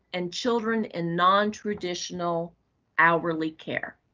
and children in non-traditional hourly care.